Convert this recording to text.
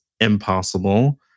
impossible